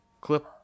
clip